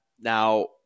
now